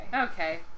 Okay